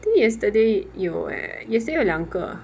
I think yesterday 有 eh yesterday 有两个